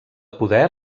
poder